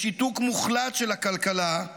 משיתוק מוחלט של הכלכלה,